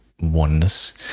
oneness